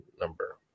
number